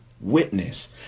witness